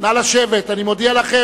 אני מודיע לכם.